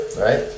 right